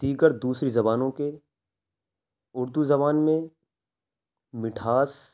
دیگر دوسری زبانوں کے اردو زبان میں مٹھاس